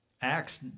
Acts